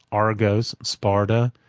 argos, sparta,